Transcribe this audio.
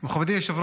מכובדי היושב-ראש,